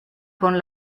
con